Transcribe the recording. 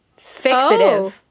fixative